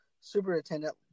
superintendent